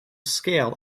scale